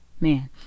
man